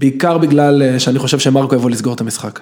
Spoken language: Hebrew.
בעיקר בגלל שאני חושב שמרקו יבוא לסגור את המשחק.